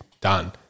Done